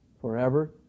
forever